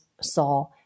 saw